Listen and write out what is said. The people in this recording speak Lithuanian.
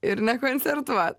ir nekoncertuot